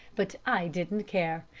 but i didn't care.